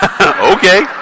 Okay